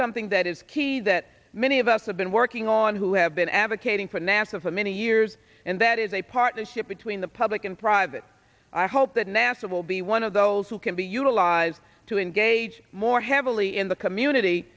something that is key that many of us have been working on who have been advocating for nasa for many years and that is a partnership between the public and private i hope that nasa will be one of those who can be utilized to engage more heavily in the community